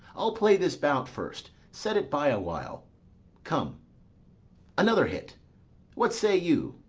i'll play this bout first set it by awhile come another hit what say you?